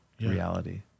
reality